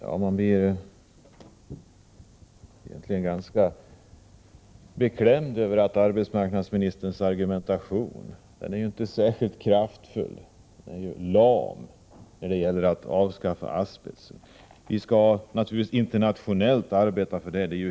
Herr talman! Man blir ganska beklämd över att arbetsmarknadsministerns argumentation inte är särskilt kraftfull — den är lam när det gäller att avskaffa asbesten. Vi skall naturligtvis arbeta internationellt för detta.